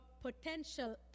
potential